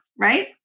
Right